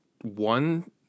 one